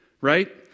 right